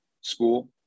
school